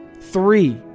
Three